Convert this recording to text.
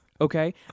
okay